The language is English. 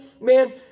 Man